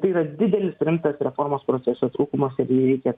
tai yra didelis rimtas reformos proceso trūkumas ir jį reikia